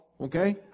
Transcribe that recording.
okay